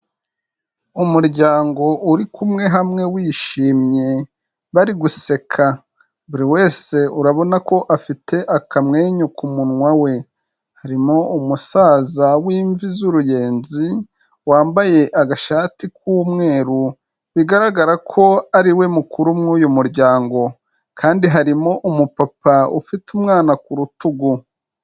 Umuryango uri kumwe hamwe wishimye bari guseka buri wese urabona ko afite akamwenyu ku munwa we, harimo umusaza w' imvi z'uruyenzi wambaye agashati k'umweru bigaragara ko ariwe mukuru w'Uyu muryango kandi harimo umupapa ufite umwana ku rutugu.